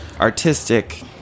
artistic